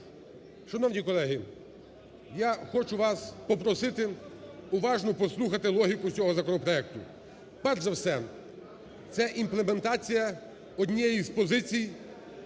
Шановні колеги, я хочу вас попросити уважно послухати логіку цього законопроекту. Перш за все це імплементація однієї з позицій